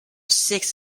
six